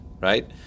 right